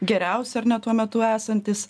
geriausi ar ne tuo metu esantys